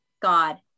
god